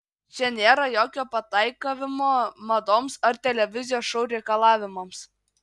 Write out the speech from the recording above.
čia nėra jokio pataikavimo madoms ar televizijos šou reikalavimams